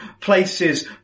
places